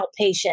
outpatient